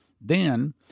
Then